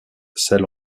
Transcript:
celle